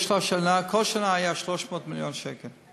כל שנה היה התקציב שלה 300 מיליון שקל.